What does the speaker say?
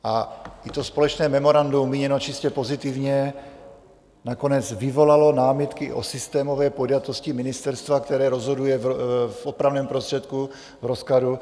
I společné memorandum, míněno čistě pozitivně, nakonec vyvolalo námitky o systémové podjatosti ministerstva, které rozhoduje v opravném prostředku v rozkladu.